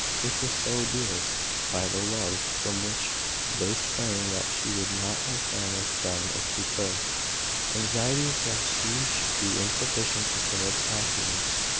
which were so endeared by the love from which they sprang that she would not have banished them if she could anxieties lest she should be insufficient for philip's happiness,